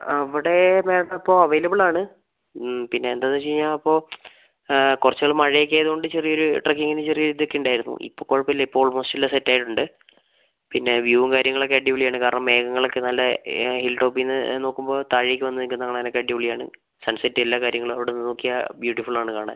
അവിടെ മാഡം ഇപ്പോൾ അവൈലബിൾ ആണ് പിന്നെ എന്താന്നുവെച്ച് കഴിഞ്ഞാൽ ഇപ്പോൾ കുറച്ച് നാൾ മഴയൊക്കെ ആയതോണ്ട് ചെറിയൊരു ട്രക്കിങ്ങിന് ചെറിയ ഇതൊക്കെ ഉണ്ടായിരുന്നു ഇപ്പം കുഴപ്പമില്ല ഇപ്പോൾ ഓൾമോസ്റ്റ് എല്ലാം സെറ്റായിട്ടുണ്ട് പിന്നെ വ്യൂവും കാര്യങ്ങളൊക്കെ അടിപൊളിയാണ് കാരണം മേഘങ്ങളൊക്കെ നല്ല ഹിൽ ടോപ്പീന്ന് നോക്കുമ്പോൾ താഴേക്ക് വന്ന് നിൽക്കുന്ന കാണാനൊക്കെ അടിപൊളിയാണ് സൺ സെറ്റ് എല്ലാ കാര്യങ്ങളും ആവിടെ നിന്ന് നോക്കിയാൽ ബ്യൂട്ടിഫുള്ളാണ് കാണാൻ